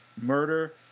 murder